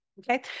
Okay